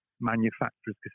manufacturer's